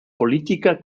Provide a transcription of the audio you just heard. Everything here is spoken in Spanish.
política